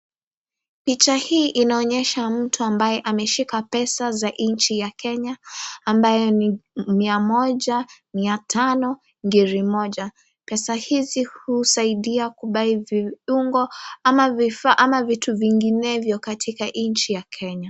Picha hii inaonyesha mtu ambaye ameshika pesa za nchi ya Kenya, ambaye ni mia moja, mia tano, ngiri moja. Pesa hizi husaidia ku buy viungo ama vifaa ama vitu vinginevyo katika nchi ya Kenya.